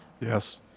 Yes